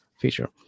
feature